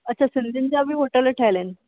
अच्छा सिंधियुनि जा बि होटल ठहियल आहिनि